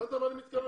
הבנת למה אני מתכוון?